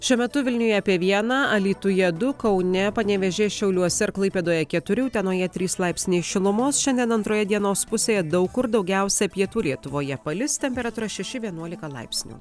šiuo metu vilniuje apie vieną alytuje du kaune panevėžyje šiauliuose ir klaipėdoje keturi utenoje trys laipsniai šilumos šiandien antroje dienos pusėje daug kur daugiausia pietų lietuvoje palis temperatūra šeši vienuolika laipsnių